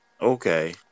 Okay